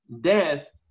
death